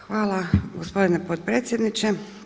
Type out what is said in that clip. Hvala gospodine potpredsjedniče.